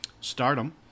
Stardom